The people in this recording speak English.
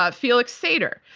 ah felix sater.